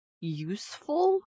useful